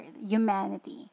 humanity